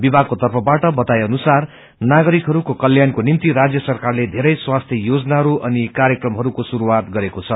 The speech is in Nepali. विभागको तर्फबाट बताइए अनुसार नागरिकहरूको कल्याणको निम्ति राज्य सरकारले चेरै स्वास्य योजनाहरू अनि कार्यक्रमहरूको श्रुरूआत गरेको छ